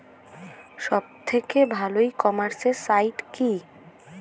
সব থেকে ভালো ই কমার্সে সাইট কী?